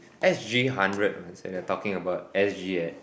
S G hundred man so we are talking about S G at